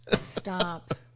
Stop